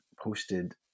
posted